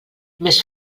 més